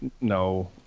no